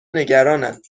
نگرانند